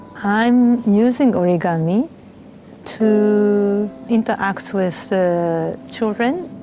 i'm using origami to interact with children.